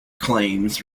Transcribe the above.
claims